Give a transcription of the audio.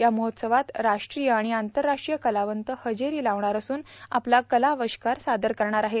या महोत्सवात राष्ट्री आणि आंतरराष्ट्रीय कलावंत हजेरी लावून आपला कलाविष्कार सादर करतील